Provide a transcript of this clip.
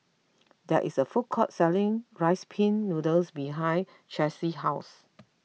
there is a food court selling Rice Pin Noodles behind Chelsi's house